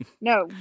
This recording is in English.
No